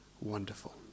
wonderful